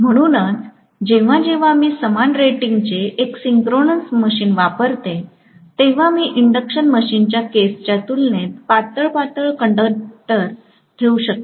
म्हणूनच जेव्हा जेव्हा मी समान रेटिंगचे एक सिंक्रोनस मशीन वापरते तेव्हा मी इंडक्शन मशीनच्या केसच्या तुलनेत पातळ पातळ कंडक्टर ठेवू शकते